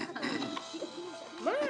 מה?